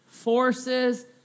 forces